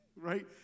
Right